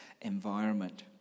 environment